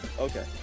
Okay